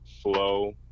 flow